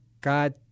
God